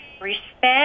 respect